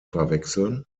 verwechseln